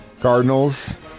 Cardinals